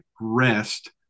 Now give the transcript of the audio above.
Rest